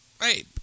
Hey